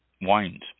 wines